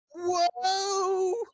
Whoa